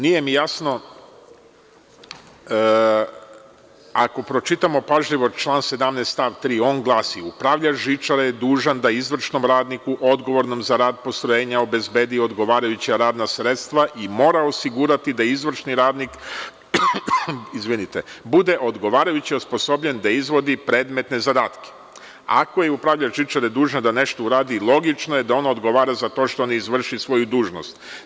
Nije mi jasno, ako pažljivo pročitamo član 17. stav 3, on glasi: „Upravljač žičare je dužan da izvršnom radniku odgovornom za rad postrojenja obezbedi odgovarajuća radna sredstva i mora osigurati da izvršni radnik bude odgovarajuće osposobljen da izvodi predmetne zadatke.“ Ako je upravljač žičare dužan da nešto uradi, logično je da on odgovara za to što ne izvrši svoju dužnost.